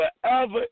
forever